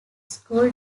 school